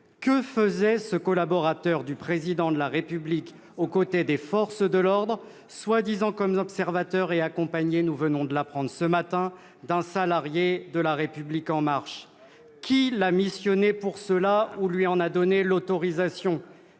Que faisait ce collaborateur du Président de la République aux côtés des forces de l'ordre, prétendument comme observateur, et accompagné, nous l'avons appris ce matin, d'un salarié de La République En Marche ? Bonne question ! Qui l'a missionné pour cela ou lui en a donné l'autorisation ?